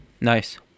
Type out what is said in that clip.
nice